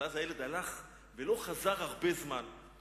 אבל הילד הלך ולא חזר הרבה זמן ...